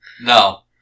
No